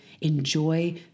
Enjoy